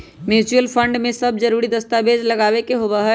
mutual fund में सब जरूरी दस्तावेज लगावे के होबा हई